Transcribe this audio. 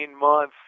month